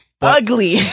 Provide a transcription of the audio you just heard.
ugly